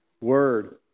word